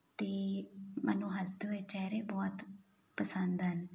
ਅਤੇ ਮੈਨੂੰ ਹੱਸਦੇ ਹੋਏ ਚਿਹਰੇ ਬਹੁਤ ਪਸੰਦ ਹਨ